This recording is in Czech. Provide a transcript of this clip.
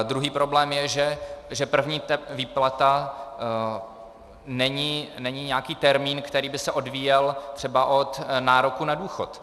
Druhý problém je, že první výplata není nějaký termín, který by se odvíjel třeba od nároku na důchod.